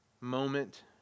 moment